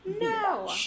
No